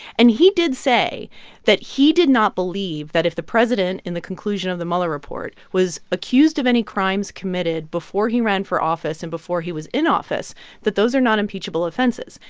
and he did say that he did not believe that if the president, in the conclusion of the mueller report, was accused of any crimes committed before he ran for office and before he was in office that those are not impeachable offenses.